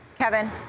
Kevin